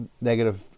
negative